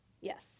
Yes